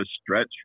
stretch